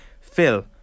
Phil